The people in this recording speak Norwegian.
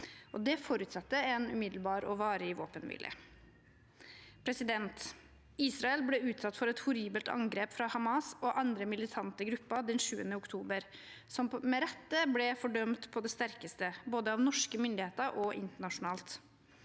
Det forutsetter en umiddelbar og varig våpenhvile. Israel ble utsatt for et horribelt angrep fra Hamas og andre militante grupper den 7. oktober, et angrep som med rette ble fordømt på det sterkeste, både av norske myndigheter og internasjonalt.